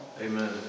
Amen